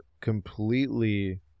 completely